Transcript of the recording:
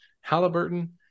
Halliburton